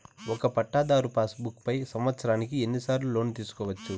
ఒక పట్టాధారు passbook పై సంవత్సరానికి ఎన్ని సార్లు లోను తీసుకోవచ్చు?